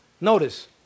Notice